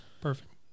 Perfect